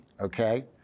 okay